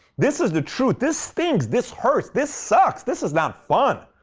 this is the truth. this stings. this hurts. this sucks. this is not fun.